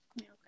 Okay